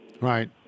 Right